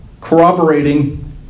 corroborating